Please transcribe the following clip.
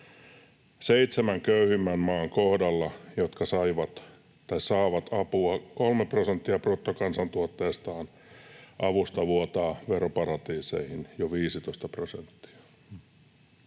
Seitsemän köyhimmän maan kohdalla, jotka saavat apua 3 prosenttia bruttokansantuotteestaan, avusta vuotaa veroparatiiseihin jo 15 prosenttia.”